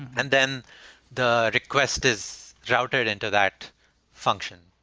and then the request is routed into that function,